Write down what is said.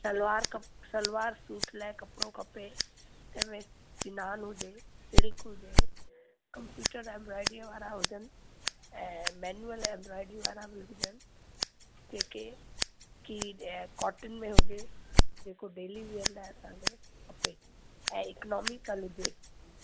सलवार कप सलवार सूट लाइ कपिड़ो खपे जंहिंमें छिनान हुजे सिल्क हुजे कंप्यूटर एंब्रॉयडरी वारा हुजनि ऐं मैंयुअल एंब्रॉयडरी वारा बि हुजनि के के की ॾिया कॉटन में हुजे जेको डेली वियर लाइ असांखे खपे ऐं इकोनॉमिक्ल हुजे